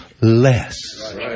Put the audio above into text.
less